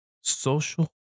social